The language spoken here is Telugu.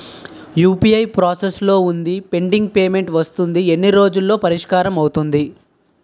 యు.పి.ఐ ప్రాసెస్ లో వుంది పెండింగ్ పే మెంట్ వస్తుంది ఎన్ని రోజుల్లో పరిష్కారం అవుతుంది